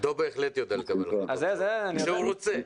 עידו בהחלט יודע לקבל החלטות כשהוא רוצה.